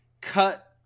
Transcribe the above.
cut